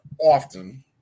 often